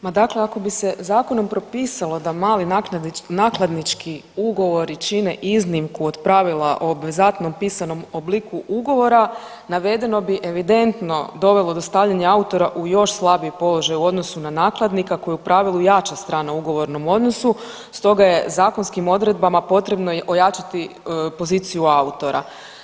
Ma dakle, ako bi se zakonom propisalo da mali nakladnički ugovori čine iznimku od pravila o obvezatnom pisanom obliku ugovora, navedeno bi evidentno dovelo do stavljanja autora u još slabiji položaj u odnosu na nakladnika koji je u pravilu jača strana u ugovornom odnosu, stoga je zakonskim odredbama potrebno ojačati poziciju autora.